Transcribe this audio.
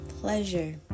pleasure